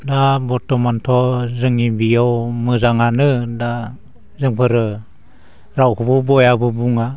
दा बर्थमानथ' जोंनि बियाव मोजाङानो दा जोंफोरो रावखौबो बयाबो बुङा